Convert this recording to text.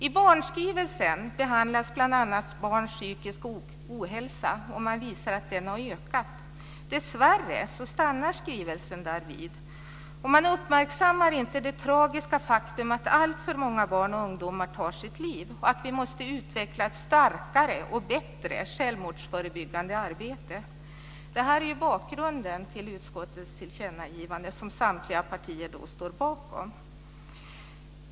I barnskrivelsen behandlas bl.a. barns psykiska ohälsa och man visar att den har ökat. Dessvärre stannar skrivelsen därvid, och man uppmärksammar inte det tragiska faktum att alltför många barn och ungdomar tar sitt liv och att vi måste utveckla ett starkare och bättre självmordsförebyggande arbete. Det är bakgrunden till utskottets tillkännagivande som samtliga partier står bakom.